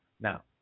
Now